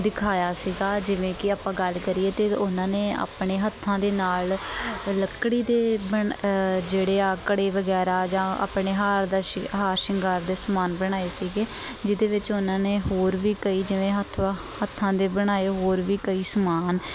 ਦਿਖਾਇਆ ਸੀਗਾ ਜਿਵੇਂ ਕਿ ਆਪਾਂ ਗੱਲ ਕਰੀਏ ਅਤੇ ਉਹਨਾਂ ਨੇ ਆਪਣੇ ਹੱਥਾਂ ਦੇ ਨਾਲ ਲੱਕੜੀ ਦੇ ਬਣ ਜਿਹੜੇ ਆ ਕੜੇ ਵਗੈਰਾ ਜਾਂ ਆਪਣੇ ਹਾਰ ਦਾ ਸ਼ਿ ਹਾਰ ਸ਼ਿੰਗਾਰ ਦੇ ਸਮਾਨ ਬਣਾਏ ਸੀਗੇ ਜਿਹਦੇ ਵਿੱਚ ਉਹਨਾਂ ਨੇ ਹੋਰ ਵੀ ਕਈ ਜਿਵੇਂ ਹੱਥਾਂ ਹੱਥਾਂ ਦੇ ਬਣਾਏ ਹੋਰ ਵੀ ਕਈ ਸਮਾਨ